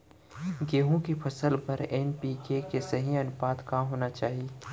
गेहूँ के फसल बर एन.पी.के के सही अनुपात का होना चाही?